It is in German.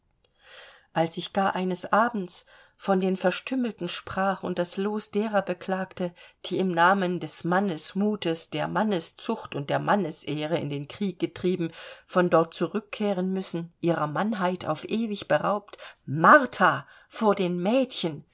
als ich gar eines abends von den verstümmelten sprach und das los derer beklagte die im namen des mannesmuts der manneszucht und der mannesehre in den krieg getrieben von dort zurückkehren müssen ihrer mannheit auf ewig beraubt martha vor den mädchen